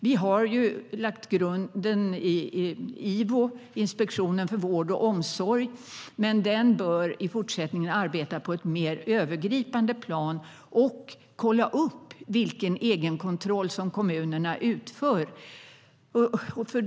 Vi har lagt grunden i Ivo - Inspektionen för vård och omsorg. Men den bör i fortsättningen arbeta på ett mer övergripande plan och kolla upp vilken egenkontroll som kommunerna utför.